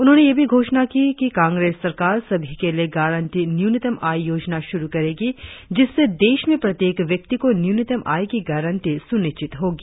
उन्होंने यह भी घोषणा की कि कांग्रेस सरकार सभी के लिए गारंटी न्यूनतम आय योजना शुरु करेगी जिससे देश में प्रत्येक व्यक्ति को न्यूनतम आय की गांरटी सुनिश्चित होगी